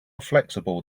flexible